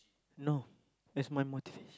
no as my motivation